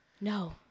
No